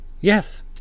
Yes